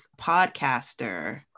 podcaster